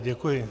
Děkuji.